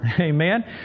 Amen